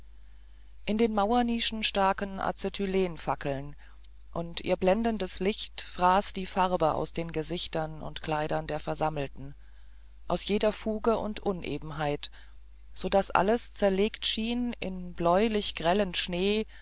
in den mauernischen staken azetylenfackeln und ihr blendendes licht fraß die farbe aus den gesichtern und kleidern der versammelten aus jeder fuge und unebenheit so daß alles zerlegt schien in bläulich grellen schnee